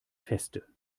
feste